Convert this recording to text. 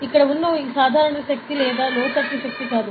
ఇక్కడ ఉన్న ఈ శక్తి సాధారణ శక్తి లేదా లోతట్టు శక్తి కాదు